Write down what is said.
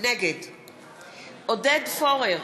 נגד עודד פורר,